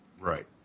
Right